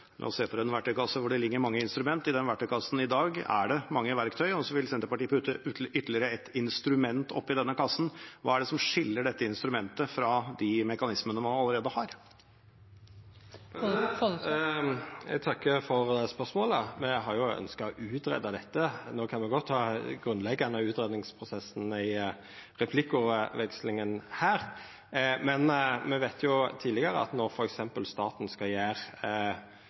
verktøykasse hvor det ligger mange instrument. I den verktøykassen er det i dag mange verktøy, og så vil Senterpartiet putte ytterligere et instrument opp i denne kassen. Hva er det som skiller dette instrumentet fra de mekanismene man allerede har? Eg takkar for spørsmålet – me har jo ønskt å greia ut dette. No kan me godt ta den grunnleggjande utgreiingsprosessen i replikkutvekslinga her, men me veit jo frå tidlegare at når f.eks. staten skal